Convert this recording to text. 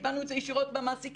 קיבלנו את זה ישירות מהמעסיקים.